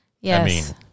Yes